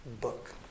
book